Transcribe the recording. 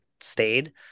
stayed